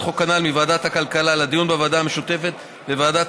הצעת החוק הנ"ל מוועדת הכלכלה לדיון בוועדה המשותפת לוועדת